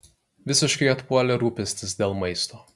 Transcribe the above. visiškai atpuolė rūpestis dėl maisto